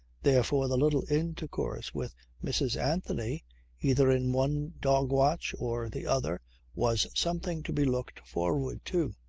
therefore the little intercourse with mrs. anthony either in one dog-watch or the other was something to be looked forward to.